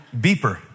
beeper